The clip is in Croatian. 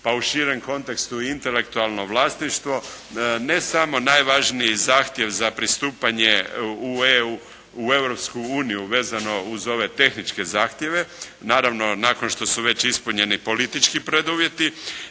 pa u širem kontekstu i intelektualno vlasništvo ne samo najvažniji zahtjev za pristupanje u Europsku uniju vezano uz ove tehničke zahtjeve, naravno nakon što su već ispunjeni politički preduvjeti